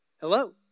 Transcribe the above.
Hello